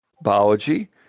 biology